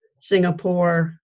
Singapore